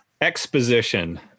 Exposition